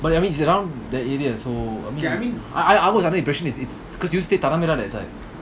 but I mean it's around that area so okay I mean I I was under the impresssion it's it's cause you stay tanah merah that side